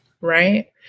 right